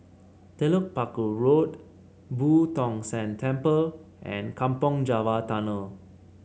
Telok Paku Road Boo Tong San Temple and Kampong Java Tunnel